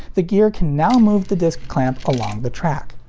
the gear can now move the disc clamp along the track.